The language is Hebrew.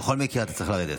בכל מקרה אתה צריך לרדת.